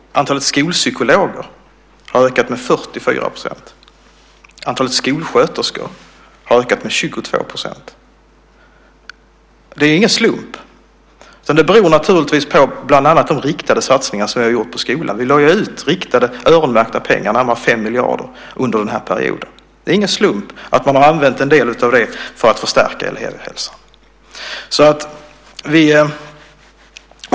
Antalet skolpsykologer har ökat med 44 %. Antalet skolsköterskor har ökat med 22 %. Det är ingen slump. Det beror naturligtvis på bland annat de riktade satsningar som vi har gjort på skolan. Vi lade ut riktade, öronmärkta pengar, närmare 5 miljarder, under den här perioden. Det är ingen slump att man har använt en del av dem för att förstärka elevhälsan.